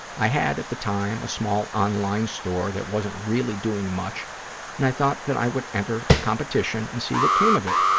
i had, at the time, time, a small online store that wasn't really doing much and i thought that i would enter the competition and see what came of it.